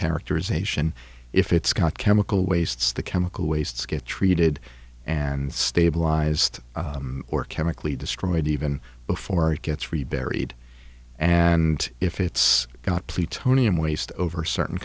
characterization if it's got chemical wastes the chemical wastes get treated and stabilised or chemically destroyed even before it gets really buried and if it's got plea tony in waste over certain